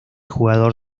jugador